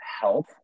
health